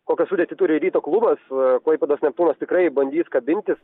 kokią sudėtį turi ryto klubas klaipėdos neptūnas tikrai bandys kabintis